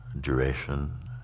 duration